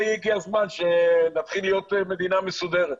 הגיע הזמן שנתחיל להיות מדינה מסודרת.